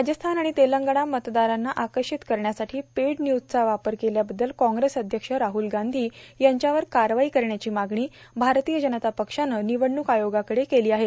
राजस्थान आणि तेलंगणात मतदारांना आकर्षित करण्यासाठी पेड न्यूजचा वापर केल्याबद्दल काँग्रेस अध्यक्ष राहल गांधी यांच्यावर कारवाई करण्याची मागणी भारतीय जनता पक्षानं निवडणूक आयोगाकडे केली आहे